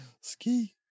Ski